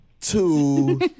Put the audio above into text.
Two